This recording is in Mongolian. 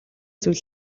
зүйл